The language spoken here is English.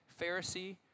Pharisee